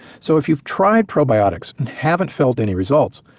so if you've tried probiotics and haven't felt any results,